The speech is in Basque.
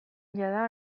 jada